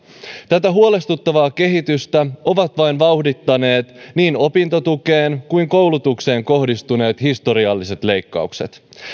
tätä huolestuttavaa kehitystä ovat vain vauhdittaneet niin opintotukeen kuin koulutukseen kohdistuneet historialliset leikkaukset